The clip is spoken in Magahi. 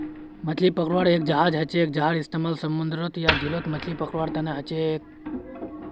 मछली पकड़वार एक जहाज हछेक जहार इस्तेमाल समूंदरत या झीलत मछली पकड़वार तने हछेक